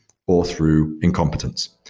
or through incompetence.